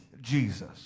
Jesus